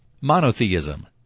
Monotheism